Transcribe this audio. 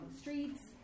streets